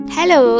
Hello